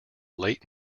late